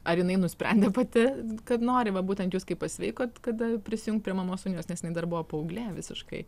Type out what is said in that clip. ar jinai nusprendė pati kad nori va būtent jus kai pasveikot kada prisijungt prie mamos unijos nes jinai dar buvo paauglė visiškai